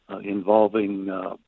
involving